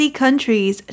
countries